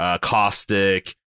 caustic